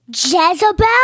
Jezebel